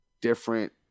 different